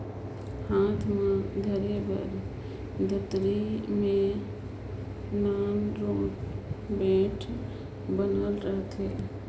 हाथ मे धरे बर दतरी मे नान रोट बेठ बनल रहथे